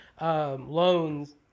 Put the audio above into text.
loans